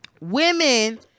Women